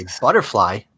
butterfly